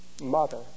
mother